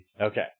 Okay